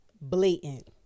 blatant